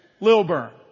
Lilburn